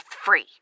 free